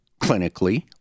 clinically